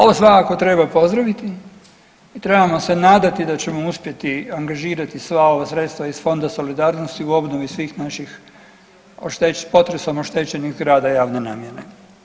Ovo svakako treba pozdraviti i trebamo se nadati da ćemo uspjeti angažirati sva ova sredstva iz Fonda solidarnosti u obnovi svih naših potresom oštećenih zgrada javne namjene.